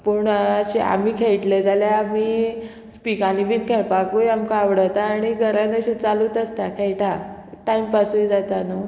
पूण आमी खेळटले जाल्यार आमी स्पिकांनी बीन खेळपाकूय आमकां आवडटा आनी घरान अशें चालूच आसता खेळटा टायमपासूय जाता न्हू